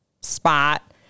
spot